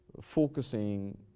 focusing